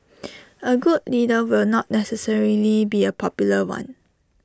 A good leader will not necessarily be A popular one